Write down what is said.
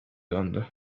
döndü